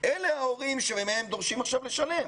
אלה ההורים שדורשים מהם עכשיו לשלם.